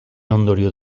ondorio